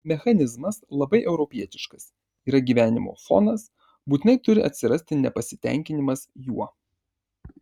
mechanizmas labai europietiškas yra gyvenimo fonas būtinai turi atsirasti nepasitenkinimas juo